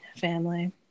family